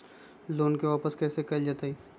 Loan के वापस कैसे कैल जतय?